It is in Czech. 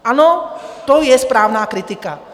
Ano, to je správná kritika.